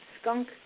skunk